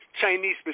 Chinese